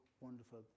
wonderful